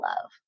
love